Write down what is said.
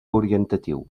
orientatiu